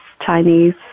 Chinese